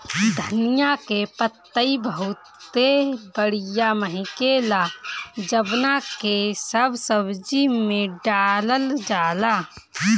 धनिया के पतइ बहुते बढ़िया महके ला जवना के सब सब्जी में डालल जाला